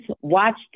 watched